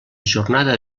jornada